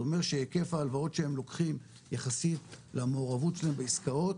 זה אומר שהיקף ההלוואות שהם לוקחים יחסית למעורבות שלהם בעיסקאות,